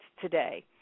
today